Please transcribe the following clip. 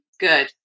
Good